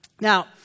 Now